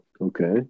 Okay